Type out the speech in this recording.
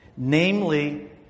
Namely